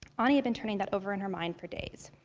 anie had been turning that over in her mind for days.